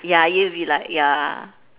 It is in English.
ya you'll be like ya